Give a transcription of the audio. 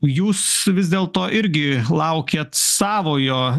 jūs vis dėlto irgi laukiat savojo